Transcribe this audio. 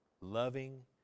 Loving